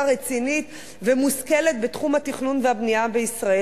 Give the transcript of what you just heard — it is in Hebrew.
רצינית ומושכלת בתחום התכנון והבנייה בישראל,